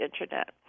Internet